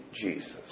Jesus